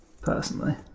personally